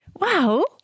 wow